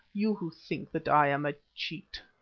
you who think that i am a cheat.